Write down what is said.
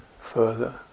further